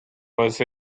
was